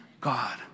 God